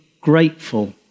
grateful